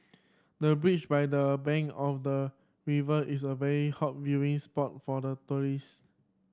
the breach by the bank of the river is a very hot viewing spot for the tourist